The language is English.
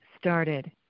started